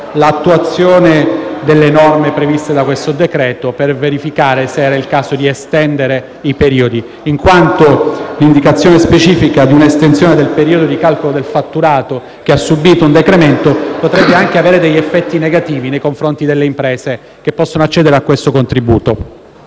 l’attuazione delle norme previste da questo decreto-legge, per verificare l’opportunità di estendere i periodi, in quanto l’indicazione specifica di un’estensione del periodo di calcolo del fatturato che ha subito un decremento potrebbe anche avere degli effetti negativi nei confronti delle imprese che possono accedere a questo contributo.